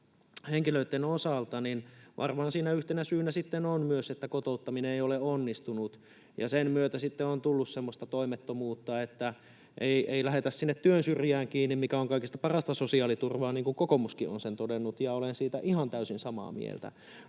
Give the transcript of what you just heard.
henkilöitten osalta, varmaan yhtenä syynä on myös, että kotouttaminen ei ole onnistunut. Sen myötä on sitten tullut semmoista toimettomuutta, että ei lähdetä sinne työn syrjään kiinni, mikä on kaikista parasta sosiaaliturvaa, niin kuin kokoomuskin on todennut, ja olen siitä ihan täysin samaa mieltä.